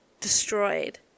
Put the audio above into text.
destroyed